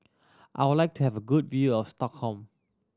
I would like to have a good view of Stockholm